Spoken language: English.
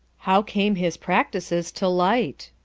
how came his practises to light?